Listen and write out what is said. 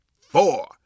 four